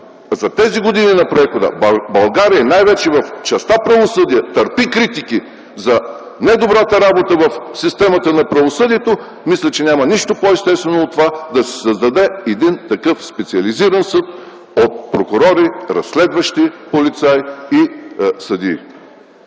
За тези години на прехода България най-вече в частта правосъдие търпи критики за недобрата работа в системата на правосъдието. Мисля, че няма нищо по-естествено от това да се създаде такъв специализиран съд от прокурори, разследващи полицаи и съдии.